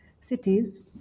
cities